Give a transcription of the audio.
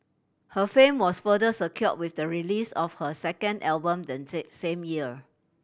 her fame was further secure with the release of her second album then same year